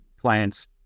plants